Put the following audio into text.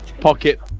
pocket